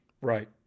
right